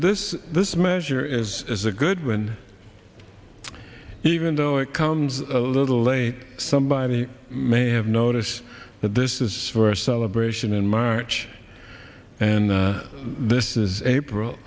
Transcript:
this this measure is as a good win even though it comes a little late somebody may have noticed that this is for celebration in march and this is april